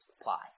apply